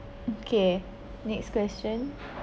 okay next question